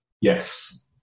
yes